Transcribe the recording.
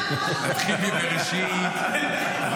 ספר בראשית,